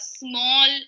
small